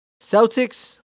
Celtics